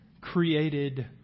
created